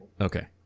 okay